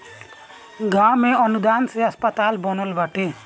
गांव में अनुदान से अस्पताल बनल बाटे